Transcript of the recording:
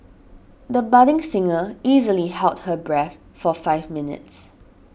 the budding singer easily held her breath for five minutes